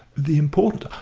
the important,